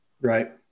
Right